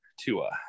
Tua